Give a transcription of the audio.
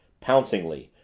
pouncingly,